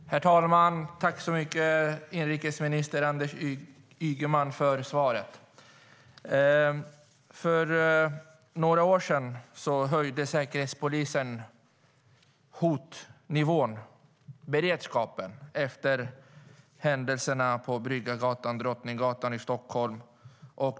Herr talman! Jag tackar inrikesminister Anders Ygeman för svaret.< Drottninggatan i Stockholm.